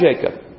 Jacob